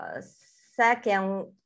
second